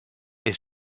est